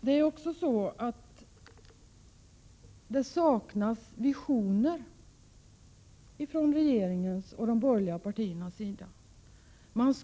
Det saknas också visioner från regeringens och de borgerliga partiernas sida.